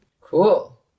cool